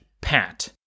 Pat